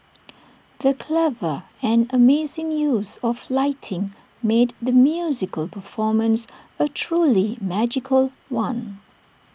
the clever and amazing use of lighting made the musical performance A truly magical one